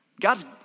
God's